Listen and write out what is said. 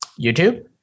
youtube